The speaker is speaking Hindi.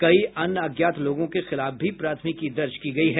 कई अन्य अज्ञात लोगों के खिलाफ भी प्राथमिकी दर्ज की गयी है